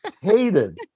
Hated